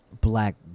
Black